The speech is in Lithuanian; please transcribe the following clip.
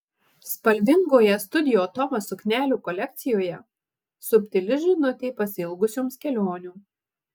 spalvingoje studio toma suknelių kolekcijoje subtili žinutė pasiilgusioms kelionių